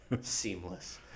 seamless